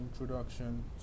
introduction